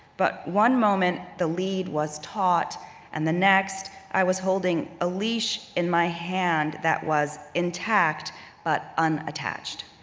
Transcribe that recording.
but one moment the lead was taut and the next, i was holding a leash in my hand that was intact but unattached.